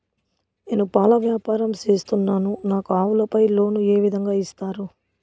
నేను పాల వ్యాపారం సేస్తున్నాను, నాకు ఆవులపై లోను ఏ విధంగా ఇస్తారు